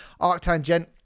Arctangent